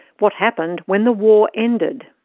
what happened when the war ended?